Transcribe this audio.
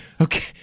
Okay